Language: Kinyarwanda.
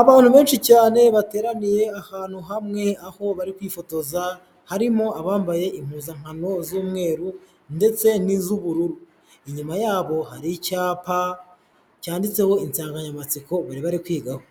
Abantu benshi cyane bateraniye ahantu hamwe aho bari kwifotoza, harimo abambaye impuzankano z'umweru ndetse n'iz'ubururu. Inyuma yabo hari icyapa cyanditseho insanganyamatsiko bari bari kwigaho.